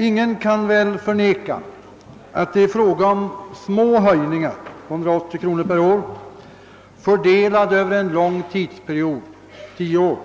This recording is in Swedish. Ingen kan väl dock förneka att det är fråga om små höjningar, 180 kronor per år, fördelade över en lång tidsperiod, 10 år.